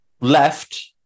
left